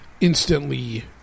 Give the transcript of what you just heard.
instantly